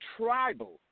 tribal